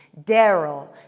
Daryl